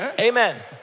Amen